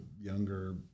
younger